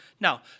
Now